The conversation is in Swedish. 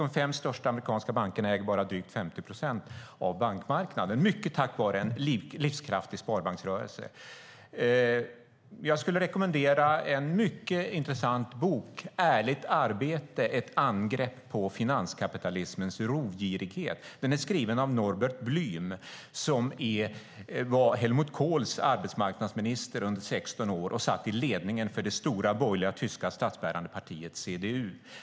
De fem största amerikanska bankerna äger bara drygt 50 procent av bankmarknaden, mycket tack vare en livskraftig sparbanksrörelse. Jag skulle vilja rekommendera en mycket intressant bok: Ärligt arbete - Ett angrepp på finanskapitalismens rovgirighet . Den är skriven av Norbert Blüm som var Helmut Kohls arbetsmarknadsminister under 16 år och satt i ledningen för det stora borgerliga tyska statsbärande partiet CDU.